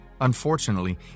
Unfortunately